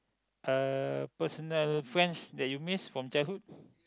uh personal friends that you miss from childhood